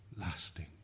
lasting